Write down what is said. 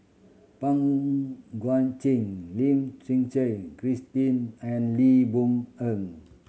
Pang Guek Cheng Lim Suchen Christine and Lee Boon En